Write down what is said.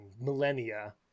millennia